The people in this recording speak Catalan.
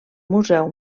museu